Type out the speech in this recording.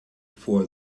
for